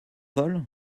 vol